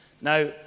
Now